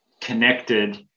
connected